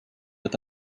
with